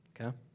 okay